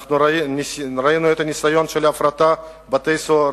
ראינו את הניסיון של הפרטת בתי-סוהר,